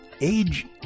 age